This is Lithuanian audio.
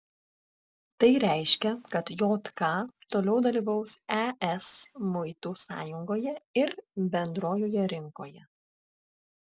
tai reiškia kad jk toliau dalyvaus es muitų sąjungoje ir bendrojoje rinkoje